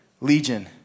Legion